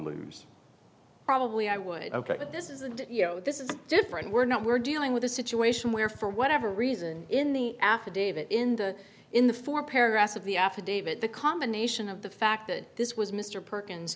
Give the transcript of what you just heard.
lose probably i would ok but this isn't you know this is different we're not we're dealing with a situation where for whatever reason in the affidavit in the in the four paragraphs of the affidavit the combination of the fact that this was mr perkins